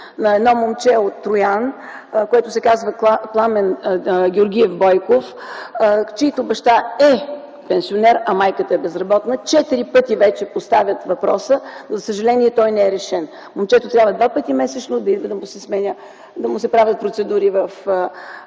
На едно момче от Троян, което се казва Пламен Георгиев Бойков, чийто баща е пенсионер, а майката е безработна. Четири пъти вече поставят въпроса, но, за съжаление, той не е решен. Момчето трябва два пъти месечно да идва да му се правят процедури в